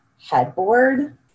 headboard